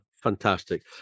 fantastic